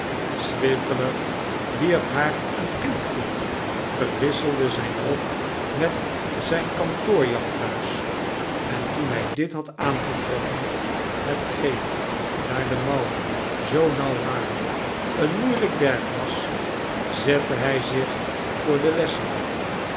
swiveller wierp haar een knik toe verwisselde zijn rok met zijn kantoorjachtbuis en toen hij dit had aangetrokken hetgeen daar de mouwen zoo nauw waren een moeielijk werk was zette hij zich voor den lessenaar